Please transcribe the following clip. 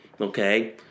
okay